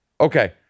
Okay